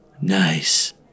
Nice